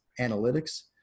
analytics